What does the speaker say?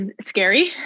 scary